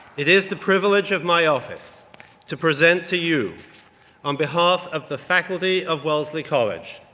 it is the privilege of my office to present to you on behalf of the faculty of wellesley college,